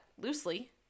loosely